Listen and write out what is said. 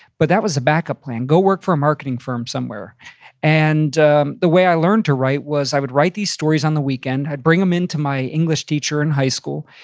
but that was a backup plan. go work for a marketing firm somewhere and the way i learned to write was i would write these stories on the weekend, i'd bring them in to my english teacher in high school,